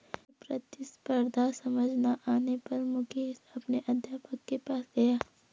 कर प्रतिस्पर्धा समझ ना आने पर मुकेश अपने अध्यापक के पास गया